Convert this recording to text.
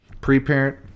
pre-parent